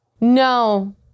No